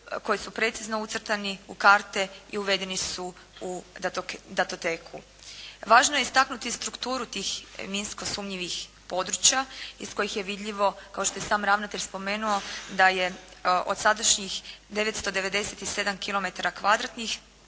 koji su precizno ucrtani u karte u uvedeni su u datoteku. Važno je istaknuti i strukturu tih minsko sumnjivih područja iz kojih je vidljivo kao što je i sam ravnatelj spomenuo da je od sadašnjih 997